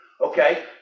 Okay